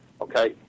okay